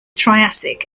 triassic